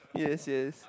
yes yes